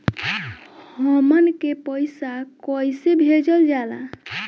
हमन के पईसा कइसे भेजल जाला?